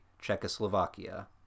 Czechoslovakia